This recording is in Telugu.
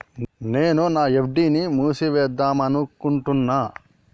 నేను నా ఎఫ్.డి ని మూసివేద్దాంనుకుంటున్న